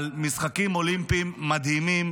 על משחקים אולימפיים מדהימים,